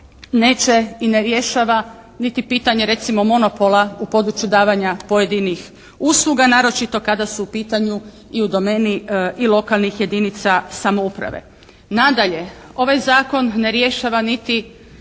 neće i ne rješava niti pitanje recimo monopola u području davanja pojedinih usluga, naročito kada su u pitanju i u domeni i lokalnih jedinica samouprave. Nadalje, ovaj zakon ne rješava niti